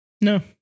No